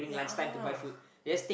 yeah yes